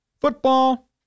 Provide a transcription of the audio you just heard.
Football